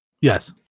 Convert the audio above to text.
Yes